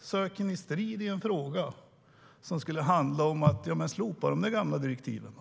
söker ni strid i denna fråga? Ni kunde ha slopat de där gamla direktiven.